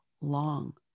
long